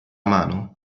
mano